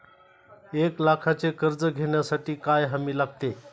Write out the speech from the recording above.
एक लाखाचे कर्ज घेण्यासाठी काय हमी लागते?